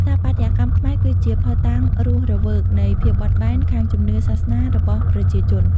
ស្ថាបត្យកម្ម ខ្មែរគឺជាភស្តុតាងរស់រវើកនៃ ភាពបត់បែន ខាងជំនឿសាសនារបស់ប្រជាជន។